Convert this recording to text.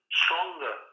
stronger